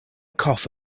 cough